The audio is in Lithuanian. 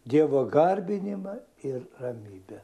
dievo garbinimą ir ramybę